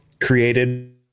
created